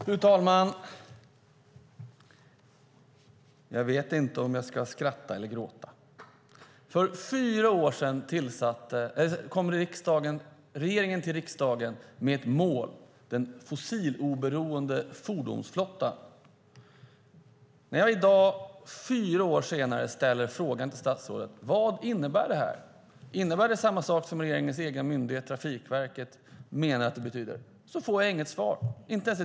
Fru talman! Jag vet inte om jag ska skratta eller gråta. För fyra år sedan kom regeringen till riksdagen med ett mål, nämligen en fossiloberoende fordonsflotta. I dag, fyra år senare, ställer jag frågan till statsrådet: Vad innebär det? Innebär det samma sak som regeringens egen myndighet Trafikverket menar att det betyder? Jag får inget svar på den frågan.